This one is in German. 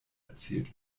erzielt